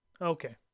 Okay